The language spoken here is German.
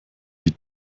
die